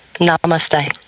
Namaste